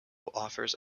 offers